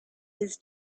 his